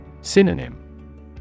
Synonym